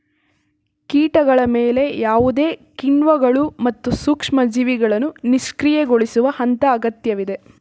ಕೀಟಗಳ ಮೇಲೆ ಯಾವುದೇ ಕಿಣ್ವಗಳು ಮತ್ತು ಸೂಕ್ಷ್ಮಜೀವಿಗಳನ್ನು ನಿಷ್ಕ್ರಿಯಗೊಳಿಸುವ ಹಂತ ಅಗತ್ಯವಿದೆ